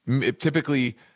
typically